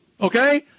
Okay